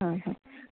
हय हय